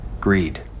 Greed